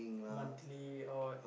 monthly or